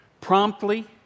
Promptly